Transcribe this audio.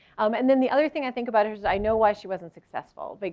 um and then the other thing i think about is i know why she wasn't successful. but